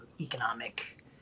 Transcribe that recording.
Economic